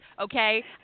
okay